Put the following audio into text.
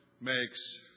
makes